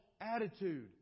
attitude